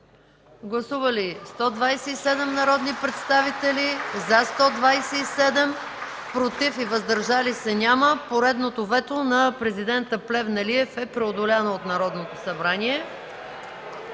Гласували 127 народни представители: за 127, против и въздържали се няма. (Ръкопляскания от КБ.) Поредното вето на Президента Плевнелиев е преодоляно от Народното събрание.